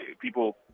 people